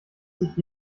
sich